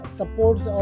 supports